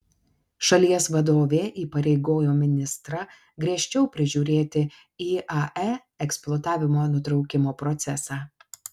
šalies vadovė įpareigojo ministrą griežčiau prižiūrėti iae eksploatavimo nutraukimo procesą